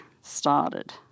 started